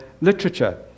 literature